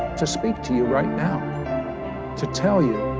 to speak to you right now to tell you